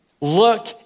Look